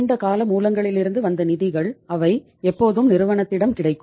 நீண்ட கால மூலங்களிலிருந்து வந்த நிதிகள் அவை எப்போதும் நிறுவனத்திடம் கிடைக்கும்